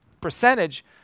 percentage